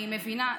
אני מבינה.